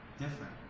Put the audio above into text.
different